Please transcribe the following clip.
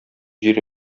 җир